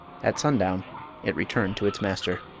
at sundown it returned to its master.